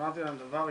אמרתי להם דבר ראשון,